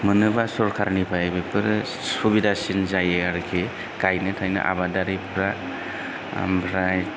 मोनोब्ला सरखारनिफ्राय मोनोब्ला बेफोरो सुबिदासिन जायो आरोखि गायनो थायनो आबादारिफ्रा आमफ्राय